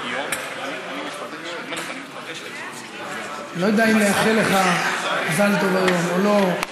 אני לא יודע אם לאחל לך מזל טוב היום או לא.